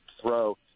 throw